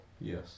Yes